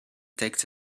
takes